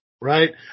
Right